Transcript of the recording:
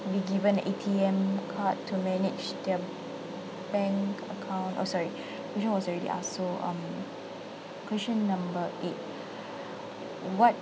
be given an A_T_M card to manage their bank account oh sorry this one was already asked so um question number eight what